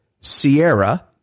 Sierra